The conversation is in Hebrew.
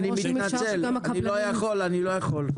אני מתנצל בפני מי שלא הספיק לדבר,